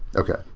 okay.